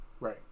Right